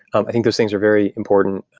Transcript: um i think of things are very important,